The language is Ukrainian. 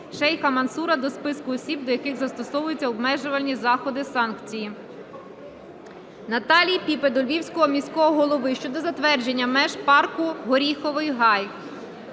Шейха Мансура до списку осіб, до яких застосовуються обмежувальні заходи (санкції). Наталії Піпи до Львівського міського голови щодо затвердження меж парку "Горіховий гай".